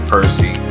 Percy